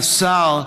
אדוני השר,